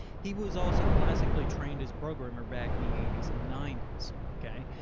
he was also classically trained as a programmer back in the eighties and nineties. okay.